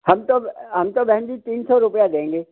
हम तो हम तो बहन जी तीन सौ रुपया देंगे